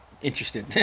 Interested